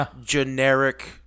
generic